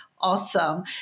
awesome